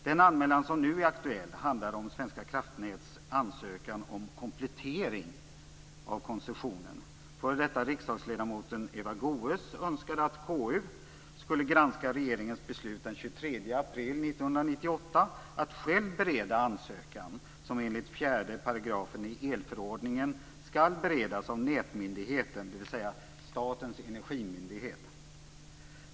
Den anmälan som nu är aktuell handlar om 1998 att själv bereda ansökan, som enligt 4 § i elförordningen skall beredas av nätmyndigheten, dvs. Statens energimyndighet.